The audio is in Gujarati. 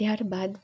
ત્યાર બાદ